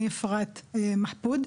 אני אפרת מחפוד,